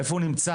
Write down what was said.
איפה הוא נמצא?